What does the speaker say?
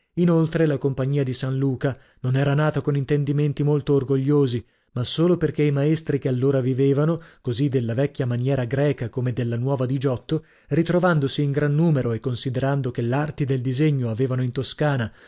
inoltre la compagnia di san luca non era nata con intendimenti molto orgogliosi ma solo perchè i maestri che allora vivevano così della vecchia maniera greca come della nuova di giotto ritrovandosi in gran numero e considerando che l'arti del disegno avevano in toscana